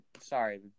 sorry